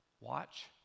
Watch